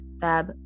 Fab